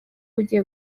ugiye